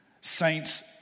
saints